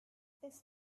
this